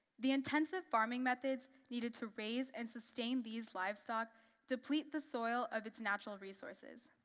the intensive farming methods needed to raise and sustain these livestock deplete the soil of its natural resources.